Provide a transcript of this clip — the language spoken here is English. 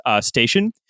station